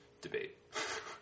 debate